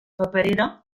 paperera